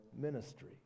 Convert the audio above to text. ministry